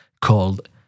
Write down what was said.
called